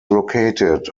located